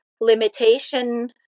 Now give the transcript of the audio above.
limitation